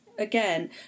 Again